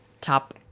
top